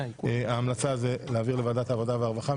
ההמלצה היא להעביר לוועדת העבודה והרווחה.